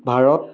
Bharat